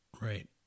Right